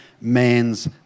man's